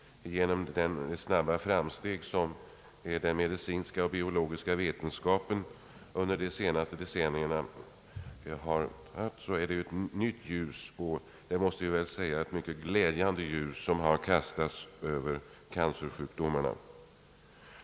Genom de snabba framsteg som den medicinska och biologiska vetenskapen under de senaste decennierna har gjort, så är det ett nytt ljus — och vi måste väl säga ett mycket glädjande ljus — som kastats över cancersjukdomarna.